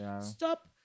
Stop